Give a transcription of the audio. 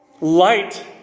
Light